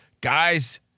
Guys